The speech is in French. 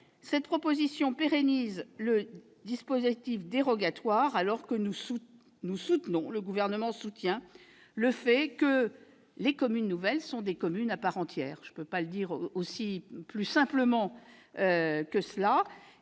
Cette proposition pérennise le dispositif dérogatoire, tandis que le Gouvernement soutient que les communes nouvelles sont des communes à part entière. Je ne peux pas le dire plus simplement. Je